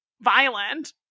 violent